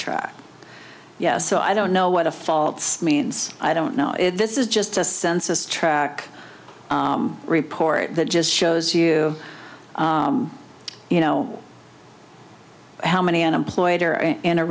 track so i don't know what a fault means i don't know if this is just a census track report that just shows you you know how many unemployed are in a